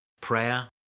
prayer